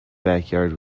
backyard